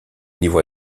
niveau